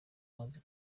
umaze